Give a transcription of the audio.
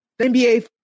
NBA